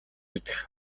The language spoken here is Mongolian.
идэх